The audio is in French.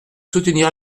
soutenir